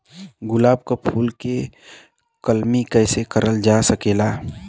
गुलाब क फूल के कलमी कैसे करल जा सकेला?